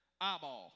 Eyeball